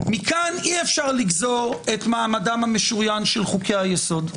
מכאן אי-אפשר לגזור את מעמדם המשוריין של חוקי היסוד.